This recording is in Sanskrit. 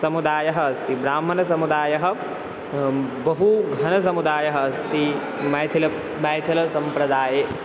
समुदायः अस्ति ब्राह्मणसमुदायः बहु घनः समुदायः अस्ति मैथल मैथलसम्प्रदाये